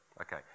Okay